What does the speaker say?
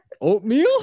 Oatmeal